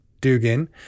Dugan